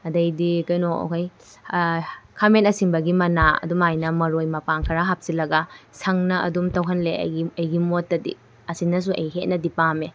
ꯑꯗꯩꯗꯤ ꯀꯩꯅꯣ ꯑꯩꯈꯣꯏ ꯈꯥꯃꯦꯟ ꯑꯁꯤꯟꯕꯒꯤ ꯃꯅꯥ ꯑꯗꯨꯃꯥꯏꯅ ꯃꯔꯣꯏ ꯃꯄꯥꯡ ꯈꯔ ꯍꯥꯞꯁꯤꯜꯂꯒ ꯁꯪꯅ ꯑꯗꯨꯝ ꯇꯧꯍꯜꯂꯦ ꯑꯩꯒꯤ ꯃꯣꯠꯇꯗꯤ ꯑꯁꯤꯅꯁꯨ ꯑꯩ ꯍꯦꯟꯅꯗꯤ ꯄꯥꯝꯃꯦ